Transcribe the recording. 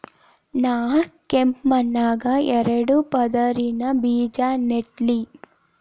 ನಾ ಕೆಂಪ್ ಮಣ್ಣಾಗ ಎರಡು ಪದರಿನ ಬೇಜಾ ನೆಡ್ಲಿ?